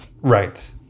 Right